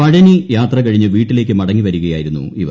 പഴനി യാത്ര കഴിഞ്ഞ് വീട്ടിലേക്ക് മടങ്ങി വരികയായിരുന്നു ഇവർ